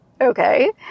Okay